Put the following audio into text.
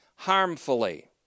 Harmfully